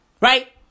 Right